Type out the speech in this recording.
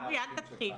אבי, אל תתחיל.